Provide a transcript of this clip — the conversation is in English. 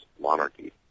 monarchy